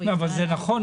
אבל זה נכון.